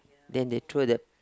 then they throw that